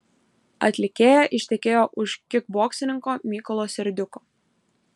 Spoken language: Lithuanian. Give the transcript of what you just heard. atlikėja ištekėjo už kikboksininko mykolo serdiuko